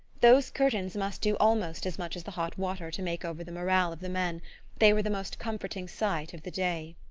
those curtains must do almost as much as the hot water to make over the morale of the men they were the most comforting sight of the day.